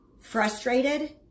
frustrated